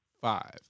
Five